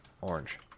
orange